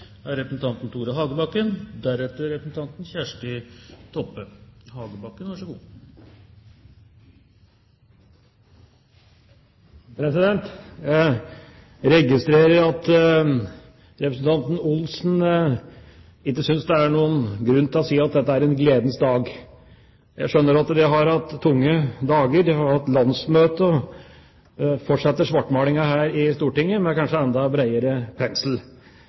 representanten Olsen ikke synes det er noen grunn til å si at dette er en gledens dag. Jeg skjønner at de har hatt tunge dager – de har hatt landsmøte, og fortsetter svartmalinga her i Stortinget med kanskje enda bredere pensel.